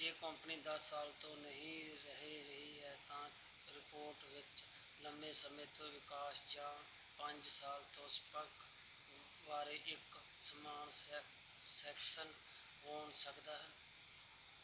ਜੇ ਕੰਪਨੀ ਦਸ ਸਾਲ ਤੋਂ ਨਹੀਂ ਰਹੀ ਹੈ ਤਾਂ ਰਿਪੋਰਟ ਵਿੱਚ ਲੰਬੇ ਸਮੇਂ ਦੇ ਵਿਕਾਸ ਜਾਂ ਪੰਜ ਸਾਲ ਦੇ ਸੰਖੇਪ ਬਾਰੇ ਇੱਕ ਸਮਾਨ ਸੈ ਸੈਕਸ਼ਨ ਹੋ ਸਕਦਾ ਹੈ